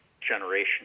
generation